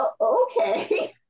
okay